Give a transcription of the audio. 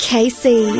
Casey